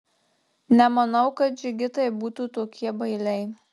nemanau kad džigitai būtų tokie bailiai